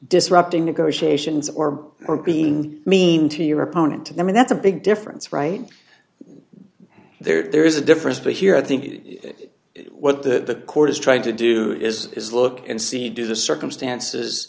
disrupting negotiations or for being mean to your opponent to them and that's a big difference right there there is a difference but here i think what the court is trying to do is is look and see do the circumstances